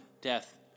death